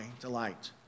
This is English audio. delight